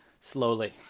slowly